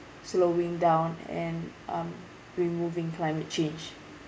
slowing down and um removing climate change